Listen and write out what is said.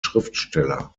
schriftsteller